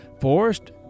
Forest